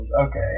Okay